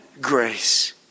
grace